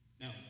Now